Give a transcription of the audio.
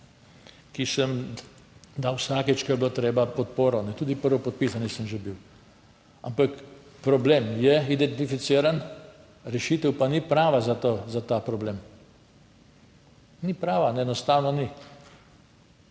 ki sem dal vsakič, ko je bilo treba, podporo, tudi prvopodpisani sem že bil. Ampak problem je identificiran, rešitev pa ni prava za to, za ta problem ni prava, enostavno ni.